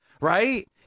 right